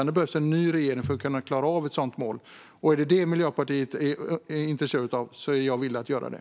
Det behövs en ny regering för att ett sådant mål ska klaras av. Om Miljöpartiet är intresserat av detta är jag villig att göra det.